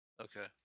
Okay